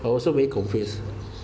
I also very confused